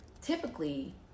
typically